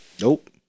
Nope